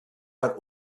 her